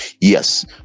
Yes